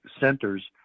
centers